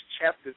chapter